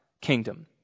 kingdom